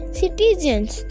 citizens